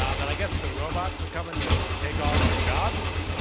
um but i guess the robots are coming to take all of our jobs.